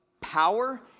Power